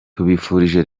tubifurije